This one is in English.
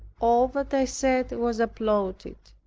all that i said was applauded.